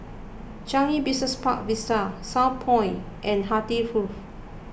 Changi Business Park Vista Southpoint and Hartley Grove